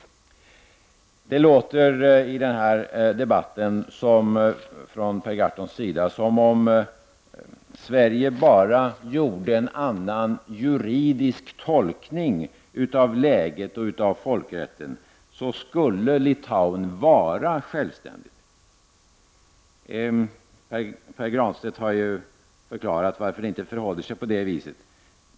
Det låter på Per Gahrton i den här debatten som om Litauen skulle vara självständigt, om Sverige bara gjorde en annan juridisk tolkning av läget och av folkrätten. Pär Granstedt har ju förklarat varför det inte förhåller sig på det viset.